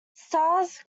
stars